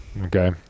Okay